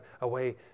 away